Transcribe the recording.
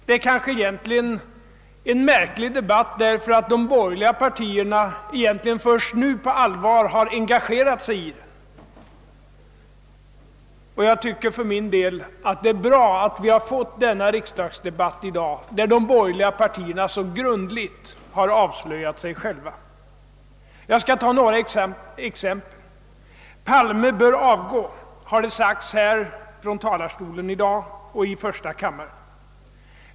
Det är en märklig debatt därför att de borgerliga partierna egentligen först nu på allvar har engagerat sig i den. Jag tycker för min del att det är bra att vi har fått denna riksdagsdebatt i dag, där de borgerliga partierna så grundligt har avslöjat sig själva. Jag skall ta några exempel. För det första: »Palme bör avgå», har det sagts i dag från talarstolen här och i första kammaren.